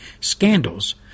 scandals